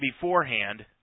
beforehand